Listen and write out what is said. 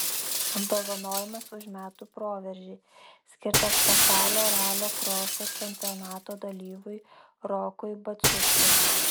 apdovanojimas už metų proveržį skirtas pasaulio ralio kroso čempionato dalyviui rokui baciuškai